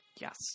Yes